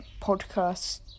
podcast